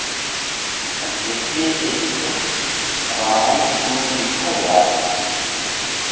अब देखिए यही सब रामायण में दिखाया गया है